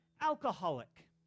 alcoholic